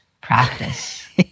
practice